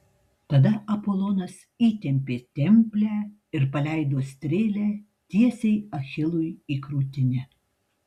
tada apolonas įtempė templę ir paleido strėlę tiesiai achilui į krūtinę